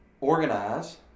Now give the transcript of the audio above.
organize